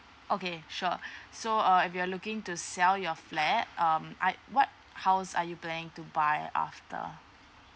okay sure so uh if you are looking to sell your flat um I what house are you planning to buy after